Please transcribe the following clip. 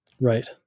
Right